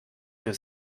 für